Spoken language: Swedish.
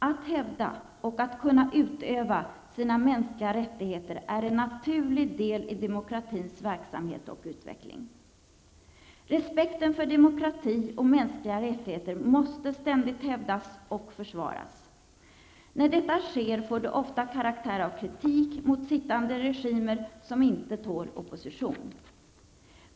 Att hävda och att kunna utöva sina mänskliga rättigheter är en naturlig del i demokratins verksamhet och utveckling. Respekten för demokrati och mänskliga rättigheter måste ständigt hävdas och försvaras. När detta sker får det ofta karaktär av kritik mot sittande regimer som inte tål opposition.